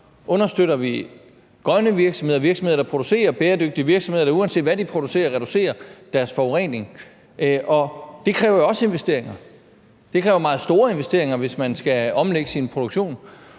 Understøtter vi grønne virksomheder, virksomheder, der producerer bæredygtigt, og virksomheder, der uanset hvad de producerer, reducerer deres forurening? For det kræver jo også investeringer. Det kræver meget store investeringer, hvis man skal omlægge sin produktion,